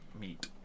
meat